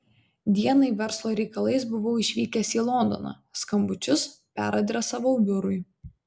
dienai verslo reikalais buvau išvykęs į londoną skambučius peradresavau biurui